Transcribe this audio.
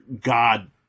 god